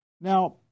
Now